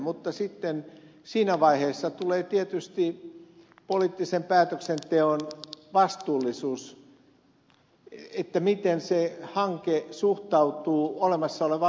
mutta sitten siinä vaiheessa tulee tietysti poliittisen päätöksenteon vastuullisuus että miten se hanke suhtautuu olemassa olevaan lainsäädäntöön